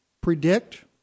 predict